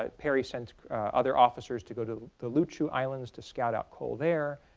ah perry sent other officers to go to to luchu islands to scout out coal there.